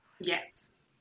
Yes